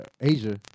Asia